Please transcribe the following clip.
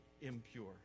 impure